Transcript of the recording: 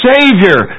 Savior